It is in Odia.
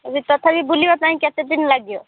ତଥାପି ବୁଲିବା ପାଇଁ କେତେଦିନ ଲାଗିବ